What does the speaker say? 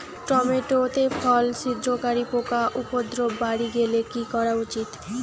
Tomato তে ফল ছিদ্রকারী পোকা উপদ্রব বাড়ি গেলে কি করা উচিৎ?